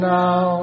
now